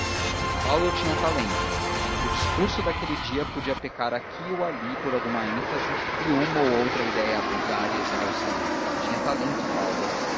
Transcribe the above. paulo tinha talento o discurso daquele dia podia pecar aqui ou ali por alguma ênfase e uma ou outra ideia vulgar e exausta tinha talento paulo